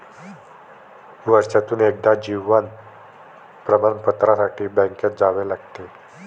वर्षातून एकदा जीवन प्रमाणपत्रासाठी बँकेत जावे लागते